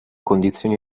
condizioni